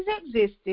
existed